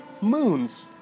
moons